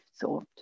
thought